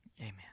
Amen